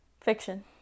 Fiction